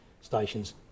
stations